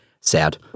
sad